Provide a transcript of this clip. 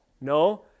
No